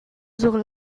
sur